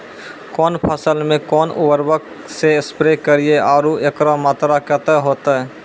कौन फसल मे कोन उर्वरक से स्प्रे करिये आरु एकरो मात्रा कत्ते होते?